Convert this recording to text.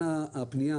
הפנייה